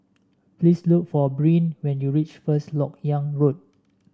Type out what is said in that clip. please look for Brynn when you reach First LoK Yang Road